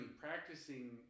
practicing